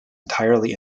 entirely